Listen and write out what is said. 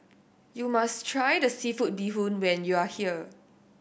you must try the seafood bee hoon when you are here